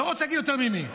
לא רוצה להגיד יותר ממי.